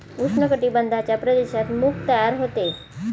उष्ण कटिबंधाच्या प्रदेशात मूग तयार होते